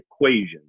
equation